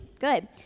good